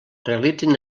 realitzen